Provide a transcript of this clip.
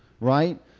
right